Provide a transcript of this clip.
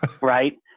right